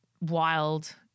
wild